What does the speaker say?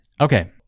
Okay